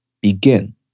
begin